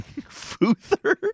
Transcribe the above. Futher